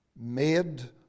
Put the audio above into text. made